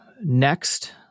Next